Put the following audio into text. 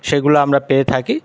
সেগুলো আমরা পেয়ে থাকি